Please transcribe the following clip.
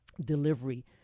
delivery